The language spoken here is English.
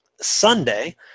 Sunday